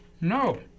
No